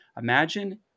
imagine